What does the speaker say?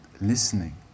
listening